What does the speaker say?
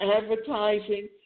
advertising